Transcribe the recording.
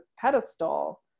pedestal